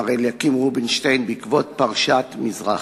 מר אליקים רובינשטיין, בעקבות פרשת מזרחי.